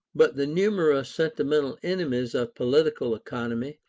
but the numerous sentimental enemies of political economy,